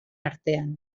artean